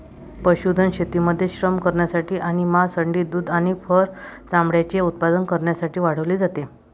पशुधन शेतीमध्ये श्रम करण्यासाठी आणि मांस, अंडी, दूध आणि फर चामड्याचे उत्पादन करण्यासाठी वाढवले जाते